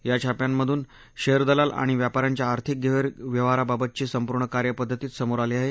या छाप्यांमधून शेअर दलाल आणि व्यापाऱ्यांच्या आर्थिक गैरव्यवहाराबाबतची संपूर्ण कार्यपद्धतीच समोर आली आहे